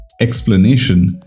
explanation